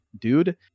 dude